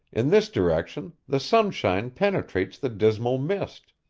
in this direction, the sunshine penetrates the dismal mist.